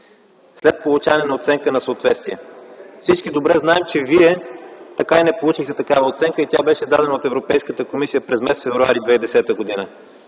след получаване на оценка на съответствие. Всички добре знаем, че вие така и не получихте такава оценка и тя беше дадена от Европейската комисия през февруари 2010 г.